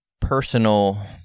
personal